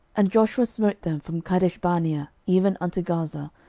and joshua smote them from kadeshbarnea even unto gaza,